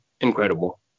incredible